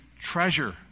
treasure